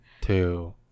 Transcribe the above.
two